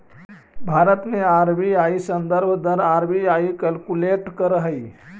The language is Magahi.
भारत में आर.बी.आई संदर्भ दर आर.बी.आई कैलकुलेट करऽ हइ